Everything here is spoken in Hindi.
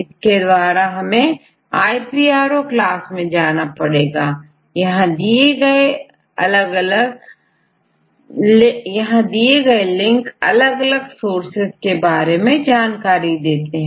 इसके लिए हमेंiPro क्लास में जाना पड़ेगा यहां दिए लिंक अलग अलग सोर्सेस के बारे में जानकारी देते हैं